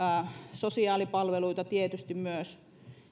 sosiaalipalveluita tietysti myös